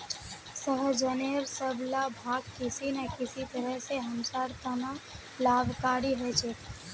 सहजनेर सब ला भाग किसी न किसी तरह स हमसार त न लाभकारी ह छेक